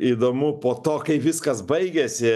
įdomu po to kai viskas baigiasi